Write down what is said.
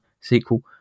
sequel